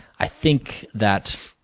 i think that